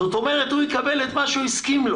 זאת אומרת, הוא יקבל את מה שהוא הסכים לו